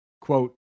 quote